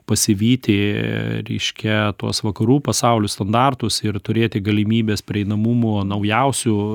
pasivyti reiškia tuos vakarų pasaulio standartus ir turėti galimybes prieinamumo naujausių